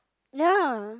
ya